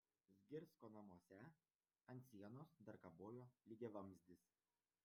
zgirsko namuose ant sienos dar kabojo lygiavamzdis